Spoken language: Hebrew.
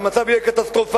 והמצב יהיה קטסטרופלי,